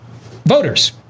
Voters